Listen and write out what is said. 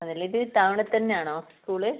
അതെ അല്ലേ ഇത് ടൗണിൽ തന്നെ ആണോ സ്കൂൾ